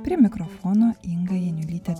prie mikrofono inga janiulytė